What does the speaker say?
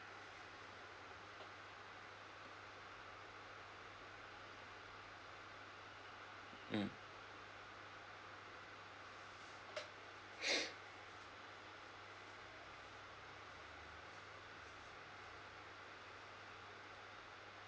mm